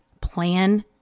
plan